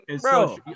bro